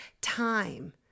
time